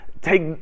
Take